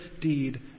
deed